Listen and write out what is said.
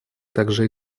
также